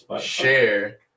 share